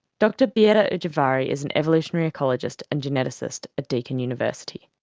dr beata ujvari is an evolutionary ecologist and geneticist at deakin university.